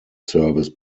service